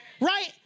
Right